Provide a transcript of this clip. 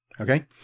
Okay